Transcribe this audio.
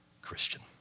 Christian